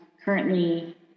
currently